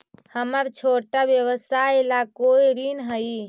हमर छोटा व्यवसाय ला कोई ऋण हई?